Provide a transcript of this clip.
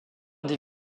des